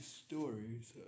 stories